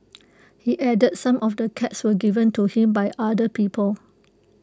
he added some of the cats were given to him by other people